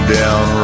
down